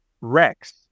Rex